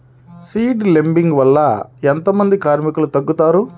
Seed లేంబింగ్ వల్ల ఎంత మంది కార్మికులు తగ్గుతారు?